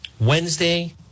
Wednesday